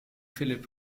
philip